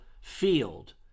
field